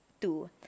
two